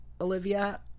Olivia